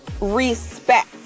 respect